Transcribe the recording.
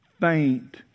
faint